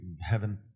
heaven